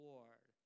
Lord